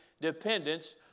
dependence